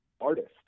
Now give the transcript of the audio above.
artist